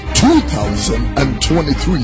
2023